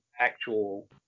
actual